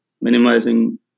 minimizing